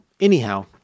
anyhow